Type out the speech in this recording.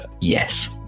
Yes